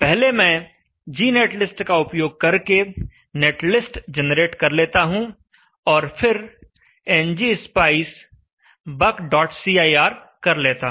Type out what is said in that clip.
पहले मैं gnetlist का उपयोग करके नेटलिस्ट जनरेट कर लेता हूं और फिर ngspice buckcir कर लेता हूं